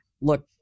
look